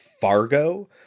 fargo